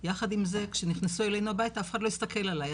יחד עם זה כשנכנסו אלינו הביתה אף אחד לא הסתכל עלי.